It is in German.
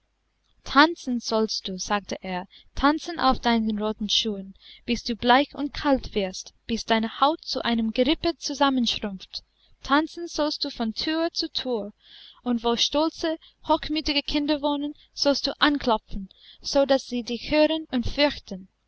tanzen sollst du sagte er tanzen auf deinen roten schuhen bis du bleich und kalt wirst bis deine haut zu einem gerippe zusammenschrumpft tanzen sollst du von thür zu thür und wo stolze hochmütige kinder wohnen sollst du anklopfen sodaß sie dich hören und fürchten